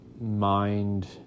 mind